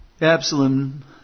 Absalom